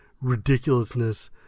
ridiculousness